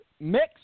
mix